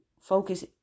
focus